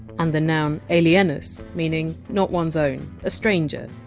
and the noun! alienus, meaning! not one! s own! a stranger!